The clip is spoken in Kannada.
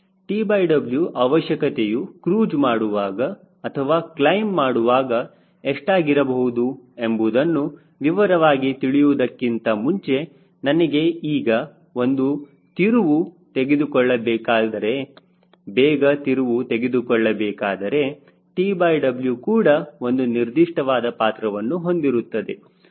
TW ಅವಶ್ಯಕತೆಯು ಕ್ರೂಜ್ ಮಾಡುವಾಗ ಅಥವಾ ಕ್ಲೈಮ್ ಮಾಡುವಾಗ ಎಷ್ಟಾಗಿರಬಹುದು ಎಂಬುದನ್ನು ವಿವರವಾಗಿ ತಿಳಿಯುವುದಕ್ಕಿಂತ ಮುಂಚೆ ನನಗೆ ಈಗ ಒಂದು ತಿರುವು ತೆಗೆದುಕೊಳ್ಳಬೇಕಾದರೆ ಬೇಗ ತಿರುವು ತೆಗೆದುಕೊಳ್ಳಬೇಕಾದರೆ TW ಕೂಡ ಒಂದು ನಿರ್ದಿಷ್ಟವಾದ ಪಾತ್ರವನ್ನು ಹೊಂದಿರುತ್ತದೆ